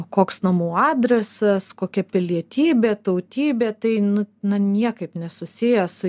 koks namų adresas kokia pilietybė tautybė tai nu na niekaip nesusiję su